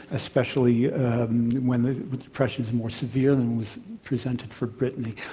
especially when the depression is more severe than was presented for britney.